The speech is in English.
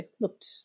looked